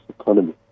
economy